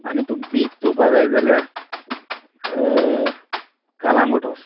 आनी तुका बीच चोवपा जाय जाल्यार कालांगूट वोस